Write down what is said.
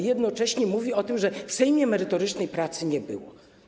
Jednocześnie mówił o tym, że w Sejmie merytorycznej pracy nie było.